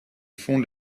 fonde